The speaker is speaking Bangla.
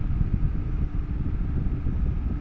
ব্যাংক লোন পেতে কি কোনো শিক্ষা গত যোগ্য দরকার?